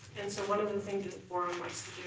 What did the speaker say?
and so one of the things boron likes